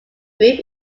group